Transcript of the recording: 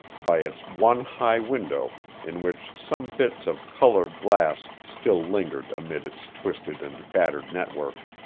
by its one high window in which some bits of colored glass still lingered amid its twisted and battered network.